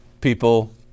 people